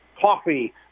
coffee